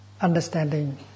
understanding